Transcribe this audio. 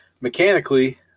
Mechanically